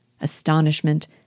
Astonishment